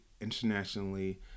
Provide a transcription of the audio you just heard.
internationally